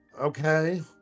okay